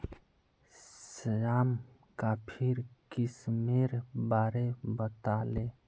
श्याम कॉफीर किस्मेर बारे बताले